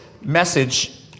message